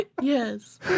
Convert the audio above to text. yes